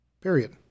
Period